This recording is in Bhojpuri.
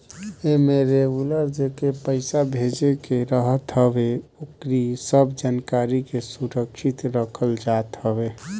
एमे रेगुलर जेके पईसा भेजे के रहत हवे ओकरी सब जानकारी के सुरक्षित रखल जात हवे